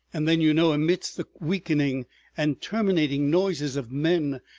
and then, you know, amidst the weakening and terminating noises of men,